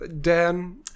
Dan